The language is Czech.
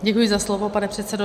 Děkuji za slovo, pane předsedo.